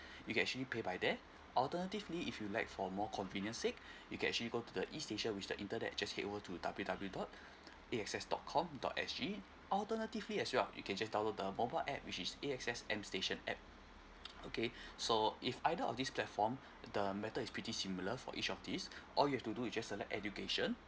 you can actually pay by there alternatively if you like for more convenience sake you can actually go to the E station with the internet just head over to w w w dot A_X_S dot com dot S_G alternatively as well you can just download the mobile A_P_P which is A_X_S M station A_P_P okay so uh if either of this platform the matter is pretty similar for each of these all you've to do is just select education